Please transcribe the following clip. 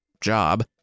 job